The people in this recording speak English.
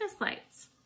lights